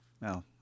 No